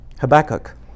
Habakkuk